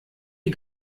die